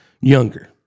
younger